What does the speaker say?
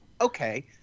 okay